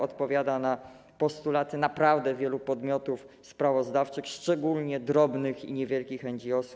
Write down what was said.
Odpowiada na postulaty naprawdę wielu podmiotów sprawozdawczych, szczególnie drobnych i niewielkich NGO-s.